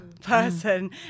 person